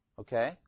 Okay